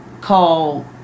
call